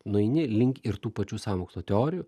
nueini link ir tų pačių sąmokslo teorijų